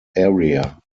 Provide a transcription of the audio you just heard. area